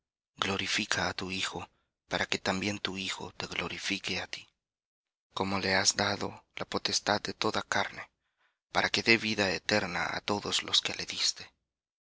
glorifica á tu hijo para que también tu hijo te glorifique á ti como le has dado la potestad de toda carne para que dé vida eterna á todos los que le diste